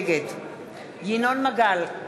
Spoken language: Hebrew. נגד ינון מגל,